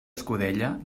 escudella